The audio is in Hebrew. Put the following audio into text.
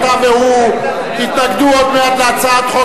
אתה והוא תתנגדו עוד מעט להצעת חוק